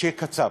משה קצב.